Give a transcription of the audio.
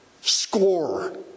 Score